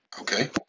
Okay